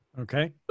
okay